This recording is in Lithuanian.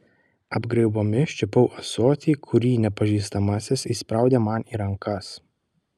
apgraibomis čiupau ąsotį kurį nepažįstamasis įspraudė man į rankas